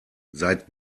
seit